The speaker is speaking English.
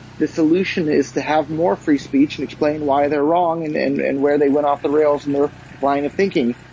the solution is to have more free speech and explain why they're wrong and and where they went off the rails in their line of thinking.